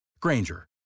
Granger